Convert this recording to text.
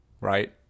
right